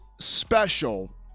Special